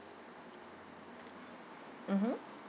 mmhmm